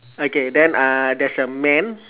okay then uh there's a man